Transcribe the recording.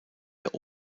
der